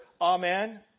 Amen